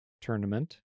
tournament